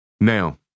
Now